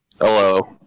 Hello